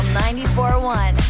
94.1